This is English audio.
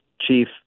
Chief